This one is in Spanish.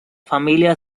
familia